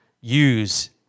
use